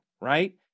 right